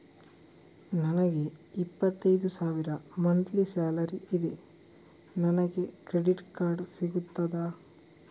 ನನಗೆ ಇಪ್ಪತ್ತೈದು ಸಾವಿರ ಮಂತ್ಲಿ ಸಾಲರಿ ಇದೆ, ನನಗೆ ಕ್ರೆಡಿಟ್ ಕಾರ್ಡ್ ಸಿಗುತ್ತದಾ?